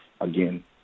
again